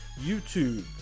YouTube